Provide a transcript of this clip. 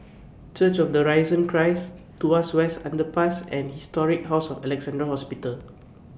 Church of The Risen Christ Tuas West Underpass and Historic House of Alexandra Hospital